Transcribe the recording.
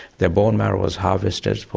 their bone marrow was harvested,